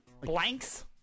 Blanks